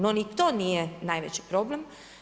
No ni to nije najveći problem.